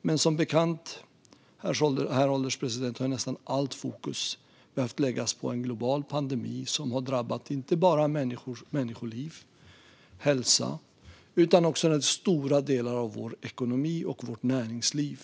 Men som bekant, herr ålderspresident, har nästan allt fokus behövt läggas på en global pandemi som har drabbat inte bara människoliv och hälsa utan också stora delar av vår ekonomi och vårt näringsliv.